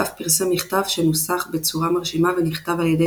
ואף פרסם מכתב שנוסח בצורה מרשימה ונכתב על ידי